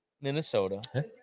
Minnesota